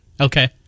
Okay